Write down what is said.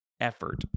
effort